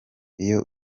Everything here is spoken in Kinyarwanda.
iyo